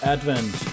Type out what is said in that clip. Advent